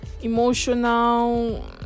emotional